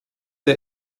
der